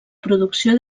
producció